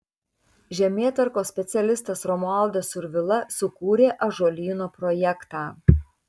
žemėtvarkos specialistas romualdas survila sukūrė ąžuolyno projektą